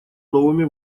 новыми